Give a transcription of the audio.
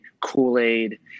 Kool-Aid